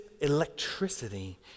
electricity